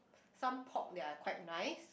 some pork that are quite nice